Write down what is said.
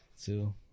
Two